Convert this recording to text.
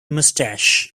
moustache